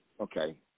Okay